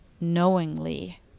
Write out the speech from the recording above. knowingly